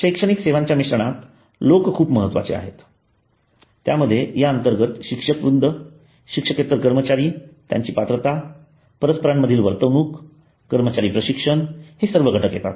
शैक्षणिक सेवांच्या मिश्रणात लोक खूप महत्वाचे आहेत त्यामध्ये या अंतर्गत शिक्षक वृंद शिक्षकेतर कर्मचारी त्यांची पात्रता परस्परांमधील वर्तवणूक कर्मचारी प्रशिक्षण हे सर्व घटक येतात